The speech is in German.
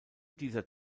dieser